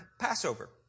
Passover